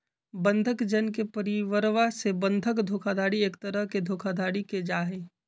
बंधक जन के परिवरवा से बंधक धोखाधडी एक तरह के धोखाधडी के जाहई